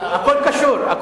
הכול קשור.